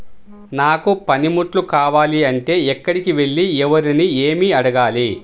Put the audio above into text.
నాకు పనిముట్లు కావాలి అంటే ఎక్కడికి వెళ్లి ఎవరిని ఏమి అడగాలి?